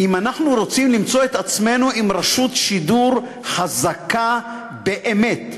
אנחנו רוצים למצוא את עצמנו עם רשות שידור חזקה באמת,